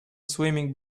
swimming